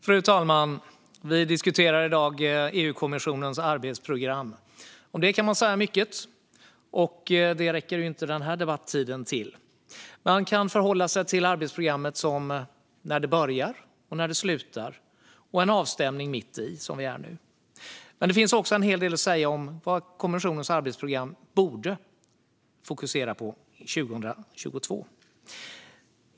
Fru talman! Vi diskuterar nu EU-kommissionens arbetsprogram. Om det kan man säga mycket, men det räcker inte denna debattid till. Man kan förhålla sig till arbetsprogrammet som när det börjar och när det slutar och en avstämning mitt i där vi är nu. Men det finns också en hel del att säga om vad kommissionens arbetsprogram borde fokusera på 2022.